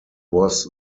was